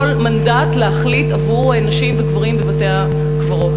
מנדט להחליט עבור נשים וגברים בבתי-הקברות.